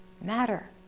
matter